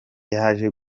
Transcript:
yaje